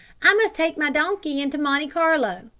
i must take my donkey into monte carlo.